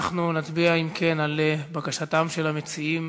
אם כן, אנחנו נצביע על בקשתם של המציעים